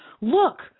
Look